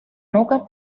nuca